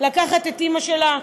לקחת את אימא שלה,